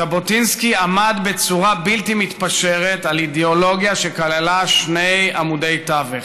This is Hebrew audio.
ז'בוטינסקי עמד בצורה בלתי מתפשרת על אידיאולוגיה שכללה שני עמודי תווך: